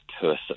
person